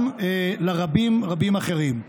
גם לרבים רבים אחרים.